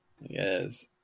Yes